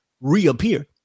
reappear